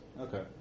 Okay